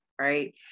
right